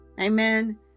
Amen